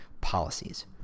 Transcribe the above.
policies